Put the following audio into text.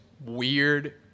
weird